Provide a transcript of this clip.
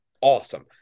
awesome